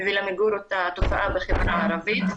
ולמיגור התופעה בחברה הערבית.